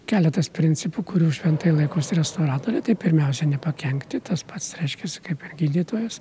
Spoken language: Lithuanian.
keletas principų kurių šventai laikosi restauratoriai tai pirmiausia nepakenkti tas pats reiškiasi kaip ir gydytojas